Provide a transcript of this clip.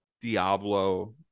Diablo